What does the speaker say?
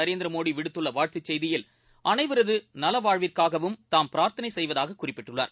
நரேந்திரமோடிவிடுத்துள்ளவாழ்த்துச் செய்தியில் அனைவரதுநலவாழ்வுவிற்காகம் தாம் பிரார்த்தனைசெய்வதாககுறிப்பிட்டுள்ளார்